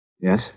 Yes